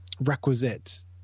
requisite